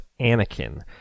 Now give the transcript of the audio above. Anakin